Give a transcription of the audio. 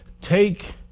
take